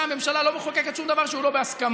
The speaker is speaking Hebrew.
הממשלה לא מחוקקת שום דבר שהוא לא בהסכמה.